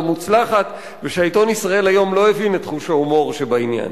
מוצלחת והעיתון "ישראל היום" לא הבין את חוש ההומור שבעניין.